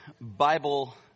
Bible